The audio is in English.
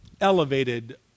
elevated